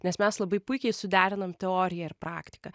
nes mes labai puikiai suderinom teoriją ir praktiką